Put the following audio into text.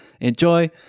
enjoy